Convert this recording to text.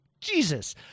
Jesus